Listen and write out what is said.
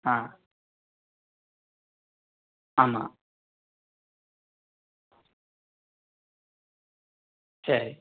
ஆ ஆமா சரி